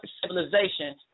civilization